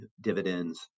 dividends